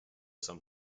some